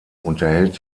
unterhält